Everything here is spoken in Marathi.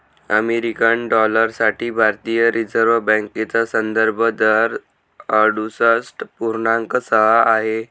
अमेरिकन डॉलर साठी भारतीय रिझर्व बँकेचा संदर्भ दर अडुसष्ठ पूर्णांक सहा आहे